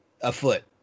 afoot